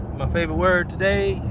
my favorite word today?